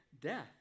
death